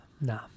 Nah